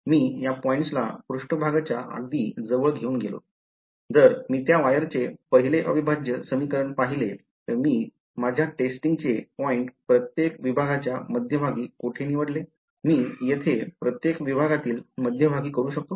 मी या पॉईंट्सला पृष्ठभागाच्या अगदी जवळ घेऊन गेलो जर मी त्या वायरचे पहिले अविभाज्य समीकरण पाहिले तर मी माझ्या टेस्टिंगचे पॉईंट प्रत्येक विभागाच्या मध्यभागी कोठे निवडले मी येथे प्रत्येक विभागातील मध्यभागी करू शकतो